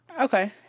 Okay